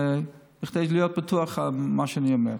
כדי להיות בטוח במה שאני אומר.